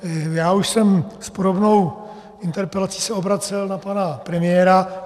Já už jsem se s podobnou interpelací obracel na pana premiéra.